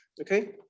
Okay